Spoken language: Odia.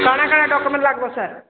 କାଣା କାଣା ଡକ୍ୟୁମେଣ୍ଟ ଲାଗିବ ସାର୍